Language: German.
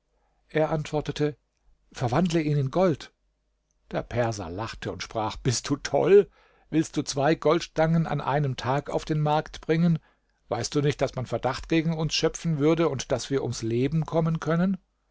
er antwortete verwandle ihn in gold der perser lachte und sprach bist du toll willst du zwei goldstangen an einem tag auf den markt bringen weißt du nicht daß man verdacht gegen uns schöpfen würde und daß wir ums leben kommen können